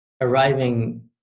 arriving